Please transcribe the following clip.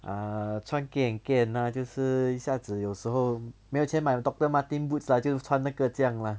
ah 穿 kian kian ah 就是一下子有时候没有钱买 doctor martin boots lah 就穿那个这样 lah